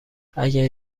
اگه